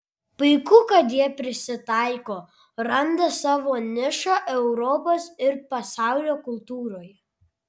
puiku kad jie prisitaiko randa savo nišą europos ir pasaulio kultūroje